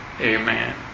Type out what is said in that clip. Amen